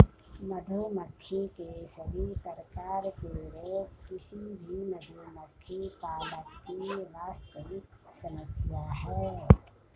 मधुमक्खी के सभी प्रकार के रोग किसी भी मधुमक्खी पालक की वास्तविक समस्या है